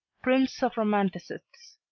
prince of romanticists.